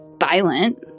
violent